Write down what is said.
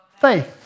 faith